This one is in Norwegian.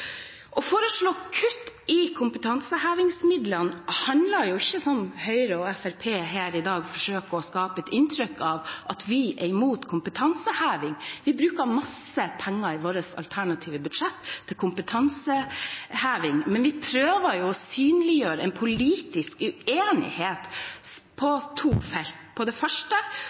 Å foreslå kutt i kompetansehevingsmidlene handler ikke om, som Høyre og Fremskrittspartiet her i dag forsøker å skape et inntrykk av, at vi er imot kompetanseheving. Vi bruker masse penger i vårt alternative budsjett til kompetanseheving, men vi prøver å synliggjøre en politisk uenighet på to felt. For det første